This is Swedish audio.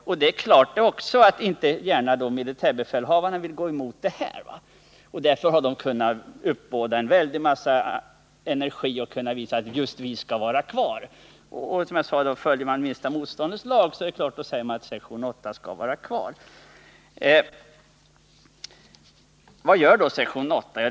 Det är nog också klart att militärbefälhavaren inte gärna vill ta obehaget att gå emot dem. Därför har vederbörande kunnat uppbåda en massa energi för att visa att just de skall vara kvar. Följer man minsta motståndets lag, då säger man självfallet att sektion 8 skall vara kvar. Vad gör då sektion 8?